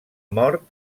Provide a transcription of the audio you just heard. mort